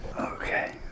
Okay